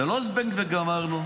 זה לא זבנג וגמרנו.